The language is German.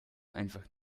einfach